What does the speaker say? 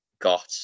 got